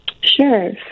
Sure